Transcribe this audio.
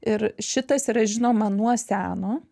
ir šitas yra žinoma nuo seno